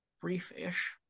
brief-ish